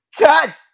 god